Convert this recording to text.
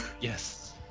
Yes